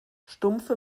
stumpfe